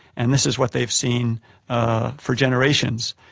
and this is what they've seen ah for generations,